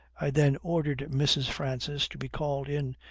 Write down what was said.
i then ordered mrs. francis to be called in,